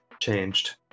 changed